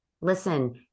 Listen